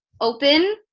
open